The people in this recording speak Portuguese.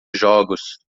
jogos